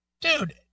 Dude